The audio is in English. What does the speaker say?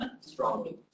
strongly